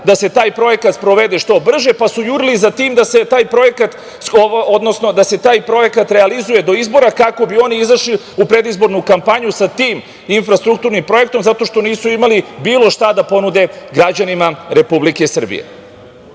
da se taj projekat sprovede što brže, pa su jurili za tim da se taj projekat, odnosno da se taj projekat realizuje do izbora kako bi oni izašli u predizbornu kampanju sa tim infrastrukturnim projektom zato što nisu imali bilo šta da ponude građanima Republike Srbije. Vi